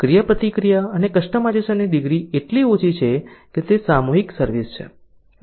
ક્રિયાપ્રતિક્રિયા અને કસ્ટમાઇઝેશનની ડિગ્રી એટલી ઓછી છે કે તે સામૂહિક સર્વિસ છે